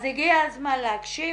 אז הגיע הזמן להקשיב.